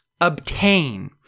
obtain